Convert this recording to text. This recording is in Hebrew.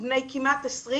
הם כמעט בני עשרים